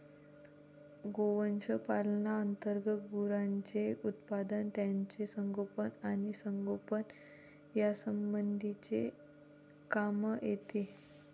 गोवंश पालना अंतर्गत गुरांचे उत्पादन, त्यांचे संगोपन आणि संगोपन यासंबंधीचे काम येते